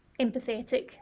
empathetic